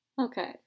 Okay